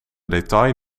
detail